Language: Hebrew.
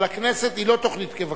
אבל הכנסת היא לא תוכנית כבקשתך.